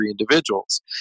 individuals